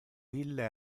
ille